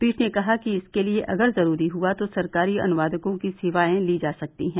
पीठ ने कहा कि इसके लिए अगर जरूरी हुआ तो सरकारी अनुवादको की सेवाए ली जा सकती हैं